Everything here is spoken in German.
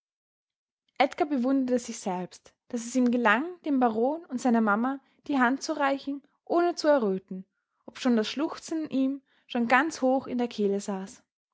edgar bewunderte sich selbst daß es ihm gelang dem baron und seiner mama die hand zu reichen ohne zu erröten obschon das schluchzen ihm schon ganz hoch in der kehle saß